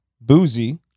boozy